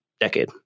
decade